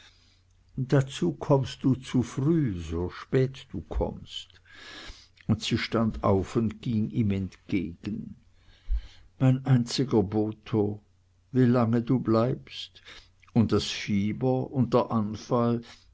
dazu kommst du zu früh so spät du kommst und sie stand auf und ging ihm entgegen mein einziger botho wie lange du bleibst und das fieber und der anfall